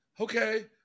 okay